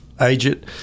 agent